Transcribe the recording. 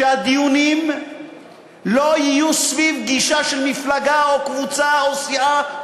שהדיונים לא יהיו סביב גישה של מפלגה או קבוצה או סיעה,